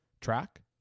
Track